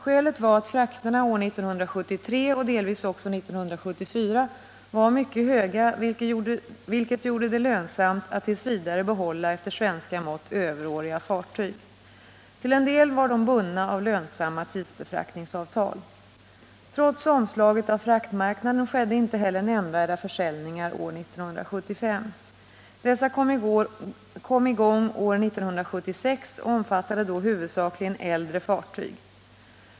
Skälet var att frakterna 1973 och delvis också 1974 var mycket höga, vilket gjorde det lönsamt att t. v. behålla efter svenska mått överåriga fartyg. Till en del var de bundna av lönsamma tidsbefraktningsavtal. Trots omslaget på fraktmarknaden skedde inte heller nämnvärda försäljningar år 1975. Försäljningarna kom i gång 1976 och omfattade då huvudsakligen äldre fartyg.